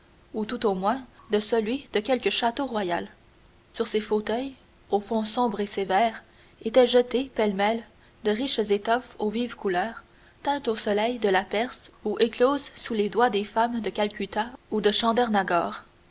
ou tout au moins de celui de quelque château royal sur ces fauteuils aux fonds sombres et sévères étaient jetées pêle-mêle de riches étoffes aux vives couleurs teintes au soleil de la perse ou écloses sous les doigts des femmes de calcutta ou de chandernagor ce